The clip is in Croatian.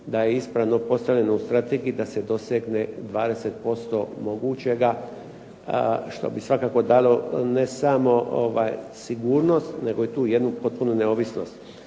da je ispravljeno postavljeno u strategiji da se dosegne 20% mogućega što bi svakako dalo ne samo sigurnost nego i tu jednu potpunu neovisnost.